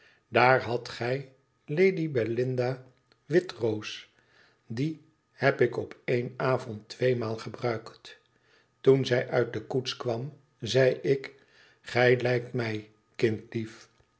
daar hadt gij lady belinda witroos die heb ik op één avond tweemaal gebruikt toen zij uit de koets kwam zei ik gij lijkt mij kindlief